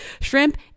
Shrimp